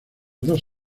dos